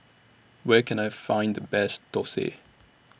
Where Can I Find The Best Thosai